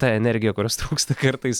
ta energija kurios trūksta kartais